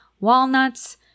walnuts